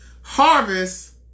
Harvest